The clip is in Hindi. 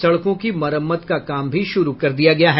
सड़कों की मरम्मत का काम शुरू कर दिया गया है